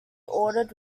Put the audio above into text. ordered